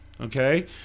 okay